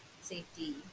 safety